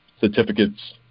certificates